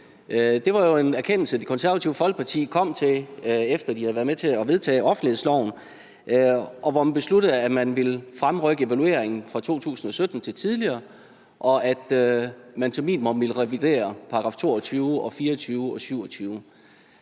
Det var jo en erkendelse, Det Konservative Folkeparti kom til, efter de havde været med til at vedtage offentlighedsloven, og hvor man besluttede, at man ville fremrykke evalueringen fra 2017 til tidligere, og at man som minimum ville revidere §§ 22, 24 og 27.